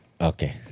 Okay